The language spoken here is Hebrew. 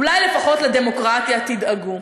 אולי לפחות לדמוקרטיה תדאגו.